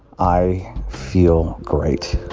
i feel great